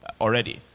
already